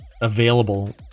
available